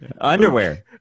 underwear